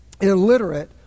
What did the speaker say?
illiterate